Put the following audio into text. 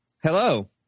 Hello